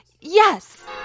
Yes